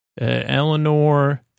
Eleanor